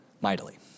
mightily